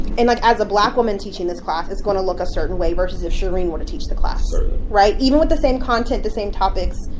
and like, as a black woman teaching this class, it's going to look a certain way versus if shereen were to teach the class certainly right? even with the same content, the same topics,